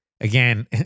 again